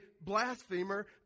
blasphemer